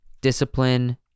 discipline